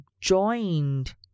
joined